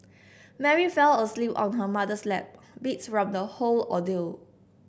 Mary fell asleep on her mother's lap beat from the whole ordeal